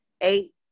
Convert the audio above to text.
eight